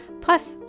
Plus